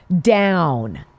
down